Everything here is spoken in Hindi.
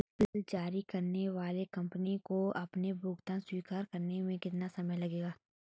बिल जारी करने वाली कंपनी को भुगतान स्वीकार करने में कितना समय लगेगा?